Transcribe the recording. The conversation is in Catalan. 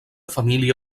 família